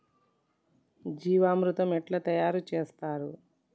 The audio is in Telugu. జీవామృతం ఎట్లా తయారు చేత్తరు?